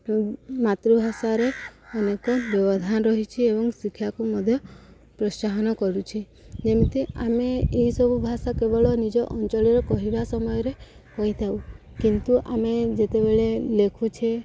ମାତୃଭାଷାରେ ଅନେକ ବ୍ୟବଧାନ ରହିଛି ଏବଂ ଶିକ୍ଷାକୁ ମଧ୍ୟ ପ୍ରୋତ୍ସାହନ କରୁଛି ଯେମିତି ଆମେ ଏଇସବୁ ଭାଷା କେବଳ ନିଜ ଅଞ୍ଚଳରେ କହିବା ସମୟରେ କହିଥାଉ କିନ୍ତୁ ଆମେ ଯେତେବେଳେ ଲେଖୁଛେ